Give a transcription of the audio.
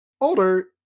Older